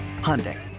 Hyundai